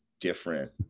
different